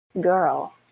girl